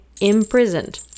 imprisoned